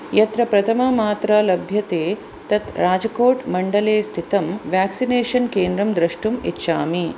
यत्र प्रथममात्रा लभ्यते तत् राजकोट् मण्डले स्थितं वेक्सिनेशन् केन्द्रं द्रष्टुम् इच्छामि